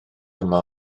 yma